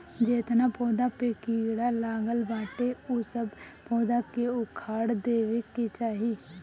जेतना पौधा पे कीड़ा लागल बाटे उ सब पौधा के उखाड़ देवे के चाही